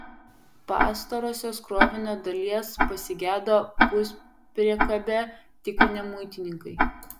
pastarosios krovinio dalies pasigedo puspriekabę tikrinę muitininkai